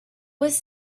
was